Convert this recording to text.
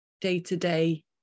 day-to-day